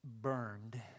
burned